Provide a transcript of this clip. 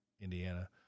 Indiana